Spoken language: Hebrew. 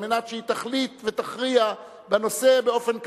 על מנת שהיא תחליט ותכריע בנושא באופן קבוע.